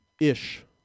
ish